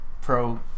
pro